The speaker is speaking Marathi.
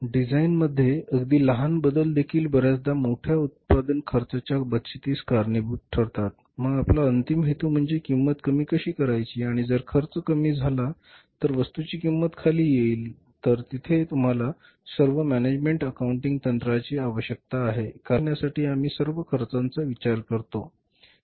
डिझाइनमध्ये अगदी लहान बदल देखील बर्याचदा मोठ्या उत्पादन खर्चाच्या बचतीस कारणीभूत ठरतात मग आपला अंतिम हेतू म्हणजे किंमत कमी कशी करायची आणि जर खर्च कमी झाला तर वस्तूची किंमत खाली येईल तर तिथे तुम्हाला सर्व मॅनेजमेंट अकाउंटिंग तंत्राची आवश्यकता आहे कारण निर्णय घेण्यासाठी आम्ही सर्व खर्चांचा विचार करतो